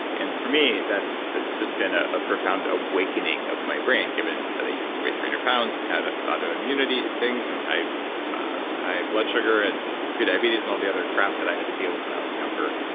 for me, that's that's just been a ah profound awakening of my brain given that i used weigh three hundred pounds and had ah autoimmunity things and high high blood sugar and prediabetes and all the other crap that i had to deal with when i was younger.